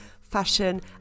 fashion